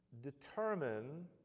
Determine